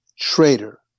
traitor